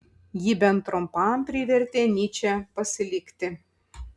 ji bent trumpam privertė nyčę pasilikti